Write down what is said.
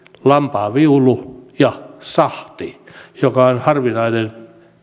lampaanviulu ja sahti joka on harvinainen